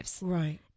Right